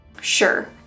Sure